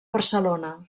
barcelona